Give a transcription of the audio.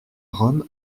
rome